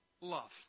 love